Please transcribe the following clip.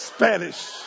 Spanish